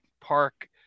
park